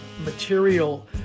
material